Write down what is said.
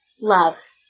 love